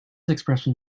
expression